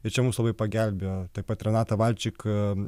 tai čia mums labai pagelbėjo taip pat renatą valčik